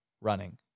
running